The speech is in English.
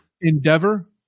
endeavor